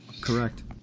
Correct